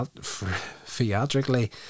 theatrically